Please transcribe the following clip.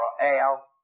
Al